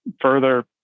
further